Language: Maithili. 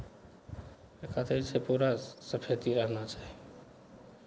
ओहि खातिर जे छै पूरा सफैती रहना चाही